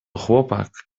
chłopak